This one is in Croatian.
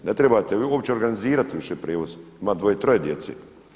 Ne trebate uopće organizirati više prijevoz, ima dvoje, troje djece.